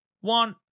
one